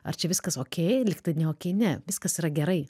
ar čia viskas okei lyg tai ne okei ne viskas yra gerai